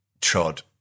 trod